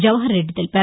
జవహర్ రెడ్ది తెలిపారు